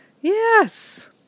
Yes